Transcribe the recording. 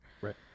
Right